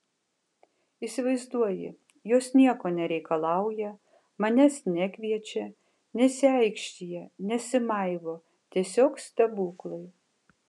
įsivaizduoji jos nieko nereikalauja manęs nekviečia nesiaikštija nesimaivo tiesiog stebuklai